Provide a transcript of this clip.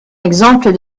exemple